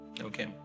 Okay